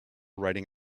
riding